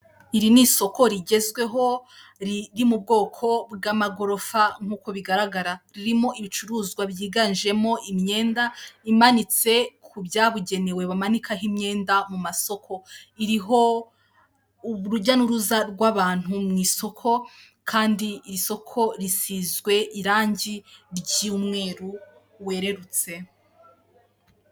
Iri ni isoko rigezweho riri mu bwoko bw'amagorofa nk'uko bigaragara, ririmo ibicuruzwa byiganjemo imyenda imanitse ku byabugenewe bamanikaho imyenda mu masoko, iriho urujya n'uruza rw'abantu mu isoko kandi iri isoko risizwe irangi ry'imweru wererutse.